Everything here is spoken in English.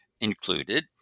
included